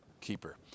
keeper